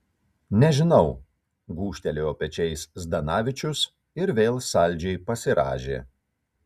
nežinau gūžtelėjo pečiais zdanavičius ir vėl saldžiai pasirąžė